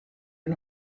een